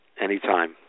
Anytime